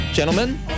Gentlemen